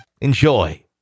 Enjoy